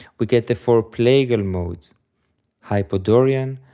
we get the four plagal modes hypodorian,